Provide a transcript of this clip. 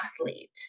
athlete